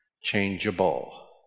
changeable